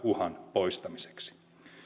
poistamiseksi